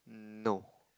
no